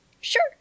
Sure